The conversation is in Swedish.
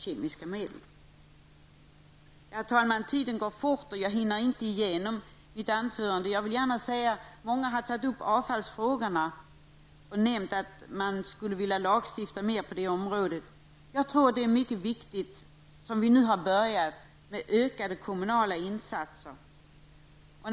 Herr talman! Tiden går fort, och jag hinner inte fullfölja mitt anförande. Många har här berört avfallsfrågorna och sagt att det behövs med lagstiftning på det området. Jag tror att det är mycket viktigt med ökade kommunala insatser, och sådana har också påbörjats.